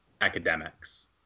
academics